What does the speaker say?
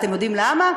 אתם יודעים למה?